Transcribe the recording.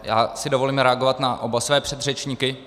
Já si dovolím reagovat na oba své předřečníky.